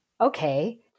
okay